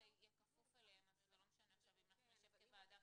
יהיה כפוף אליהם אז זה לא חשוב עכשיו אם נשב כוועדה,